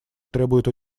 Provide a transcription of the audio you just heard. требуют